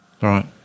Right